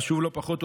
חשוב לא פחות,